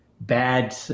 bad